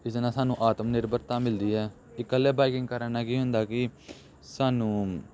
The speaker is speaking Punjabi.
ਇਸਦੇ ਨਾਲ ਸਾਨੂੰ ਆਤਮ ਨਿਰਭਰਤਾ ਮਿਲਦੀ ਹੈ ਇਕੱਲੇ ਬਾਈਕਿੰਗ ਕਰਨ ਨਾਲ ਕੀ ਹੁੰਦਾ ਕਿ ਸਾਨੂੰ